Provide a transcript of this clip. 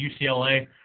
UCLA